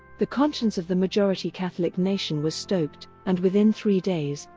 the conscience of the majority-catholic nation was stoked, and within three days,